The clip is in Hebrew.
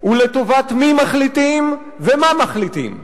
ולטובת מי מחליטים ומה מחליטים.